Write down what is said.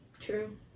True